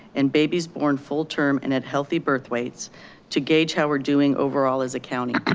and babies born full term and at healthy birth weights to gauge how we're doing overall as a county.